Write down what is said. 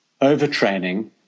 overtraining